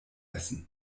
essen